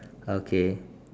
okay